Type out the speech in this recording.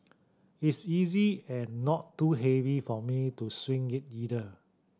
it's easy and not too heavy for me to swing it either